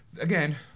again